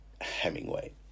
Hemingway